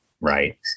right